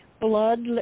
Blood